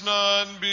none